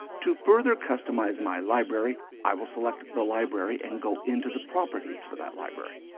to further customize my library i will select the library and go into the properties for that library.